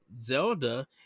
Zelda